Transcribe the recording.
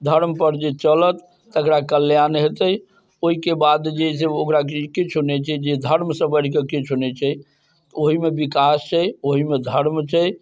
धर्म पर जे चलत तकरा कल्याण हेतै ओहिके बाद जे है से ओकरा किछु नहि छै जे धर्मसँ बढ़िके किछु नहि छै ओहिमे विकास छै ओहिमे धर्म छै